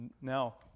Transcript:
Now